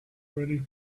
ready